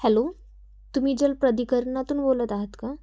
hello तुम्ही जलप्राधिकरणातून बोलत आहात का